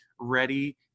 ready